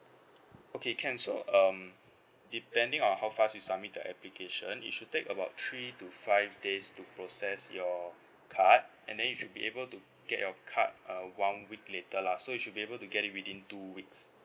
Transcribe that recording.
okay can so um depending on how fast you submit the application it should take about three to five days to process your card and then you should be able to get your card uh one week later lah so you should be able to get it within two weeks